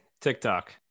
TikTok